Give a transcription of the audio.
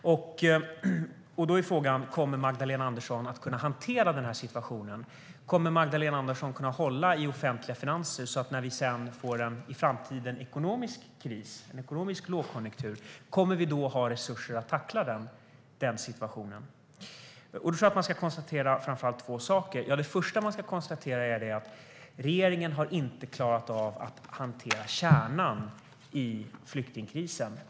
Kommer Magdalena Andersson att kunna hantera situationen? Kommer Magdalena Andersson att kunna hålla i de offentliga finanserna så att det när det i framtiden kommer en ekonomisk kris, en ekonomisk lågkonjunktur, kommer att finnas resurser att tackla den situationen? Låt oss konstatera framför allt två saker. Den första är att regeringen inte har klarat av att hantera kärnan i flyktingkrisen.